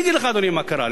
אני אגיד לך, אדוני, מה קרה.